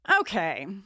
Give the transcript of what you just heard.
Okay